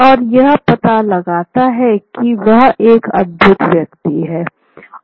और यह पता लगाता है की यह एक अद्भुत व्यक्ति है